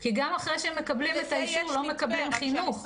כי גם אחרי שמקבלים את האישור לא מקבלים חינוך,